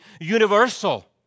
universal